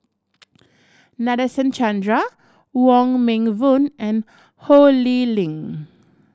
Nadasen Chandra Wong Meng Voon and Ho Lee Ling